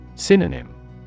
Synonym